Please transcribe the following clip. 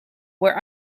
were